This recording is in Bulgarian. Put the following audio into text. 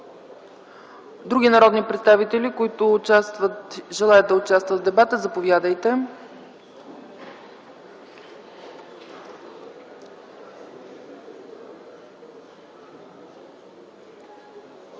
Други народни представители, които желаят да участват в дебата? Заповядайте.